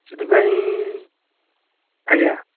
ସେଥିପାଇଁ ଆଜ୍ଞା